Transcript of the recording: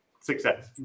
success